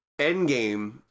Endgame